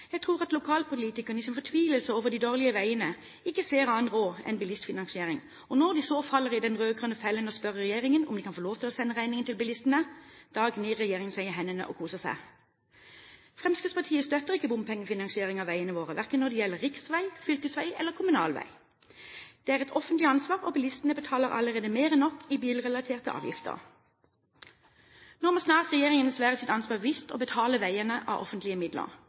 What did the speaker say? Jeg tror at lokalpolitikerne i sin fortvilelse over de dårlige veiene ikke ser annen råd enn bilistfinansiering, og når de så faller i den rød-grønne fellen og spør regjeringen om de kan få lov til å sende regningen til bilistene, gnir regjeringen seg i hendene og koser seg. Fremskrittspartiet støtter ikke bompengefinansiering av veiene våre, verken når det gjelder riksvei, fylkesvei eller kommunal vei. Det er et offentlig ansvar, og bilistene betaler allerede mer enn nok i bilrelaterte avgifter. Nå må snart regjeringen være seg sitt ansvar bevisst og betale veiene av offentlige midler.